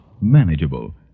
manageable